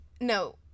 no